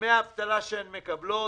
דמי האבטלה שהן מקבלות